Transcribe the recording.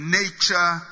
nature